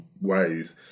ways